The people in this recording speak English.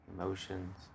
emotions